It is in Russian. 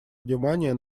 внимание